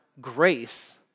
grace